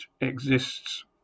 exists